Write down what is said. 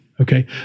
okay